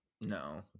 No